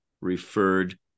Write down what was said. referred